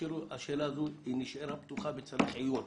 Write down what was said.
השאלה הזו נשארה פתוחה והיא בצריך עיון.